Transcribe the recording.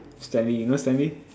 Stanley you know Stanley